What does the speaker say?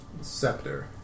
Scepter